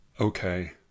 Okay